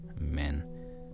men